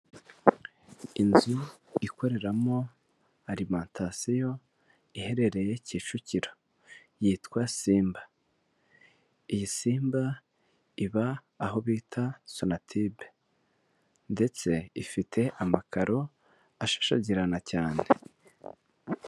Inzu ikoreramo alimentasiyo, iherereye Kicukiro yitwa Simba. Iyi Simba iba aho bita Sonatibe ndetse ifite amakaro ashashagirana cyane.